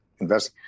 invest